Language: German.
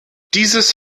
dieses